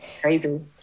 crazy